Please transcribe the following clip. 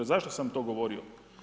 A zašto sam to govorio?